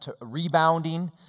rebounding